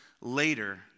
later